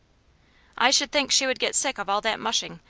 i should think she would get sick of all that mushing,